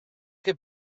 che